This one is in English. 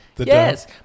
Yes